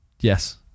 Yes